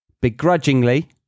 begrudgingly